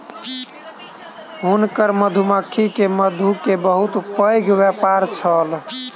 हुनकर मधुमक्खी के मधु के बहुत पैघ व्यापार छल